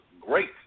great